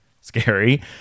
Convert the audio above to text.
scary